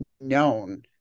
known